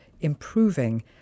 improving